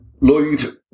Lloyd